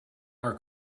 our